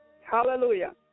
Hallelujah